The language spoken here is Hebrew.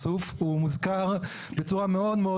בסוף אנחנו לא נבנה את אותה מערכת משולבת והוליסטית שבאמת תאפשר